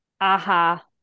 aha